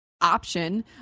option